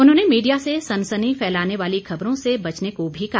उन्होंने मीडिया से सनसनी फैलाने वाली खबरों से बचने को भी कहा